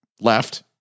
left